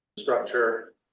Structure